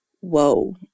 whoa